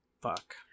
fuck